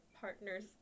partner's